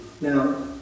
Now